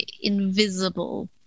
invisible